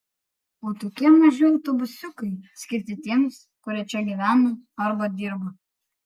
o tokie maži autobusiukai skirti tiems kurie čia gyvena arba dirba